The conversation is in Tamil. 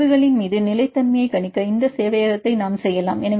பிறழ்வுகளின் மீது நிலைத் தன்மையைக் கணிக்க இந்த சேவையகத்தை நாம் செய்யலாம்